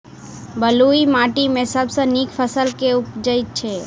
बलुई माटि मे सबसँ नीक फसल केँ उबजई छै?